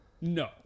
No